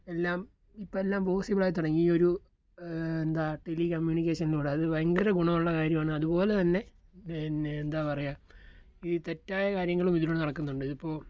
എല്ലാം ഇപ്പെല്ലാം പോസിബിളായി തുടങ്ങി ഈയൊരു എന്താ ടെലി കമ്മ്യൂണിക്കേഷനിലൂടെ അതു ഭയങ്കര ഗുണമുള്ള കാര്യമാണ് അതുപോലെ തന്നെ പിന്നെന്താ പറയുക ഈ തെറ്റായ കാര്യങ്ങളും ഇതിലൂടെ നടക്കുന്നുണ്ട് ഇതിപ്പോൾ